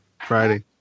Friday